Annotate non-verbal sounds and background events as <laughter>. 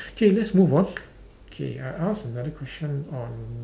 K let's move on <noise> K I ask another question on